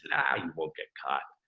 and you won't get caught.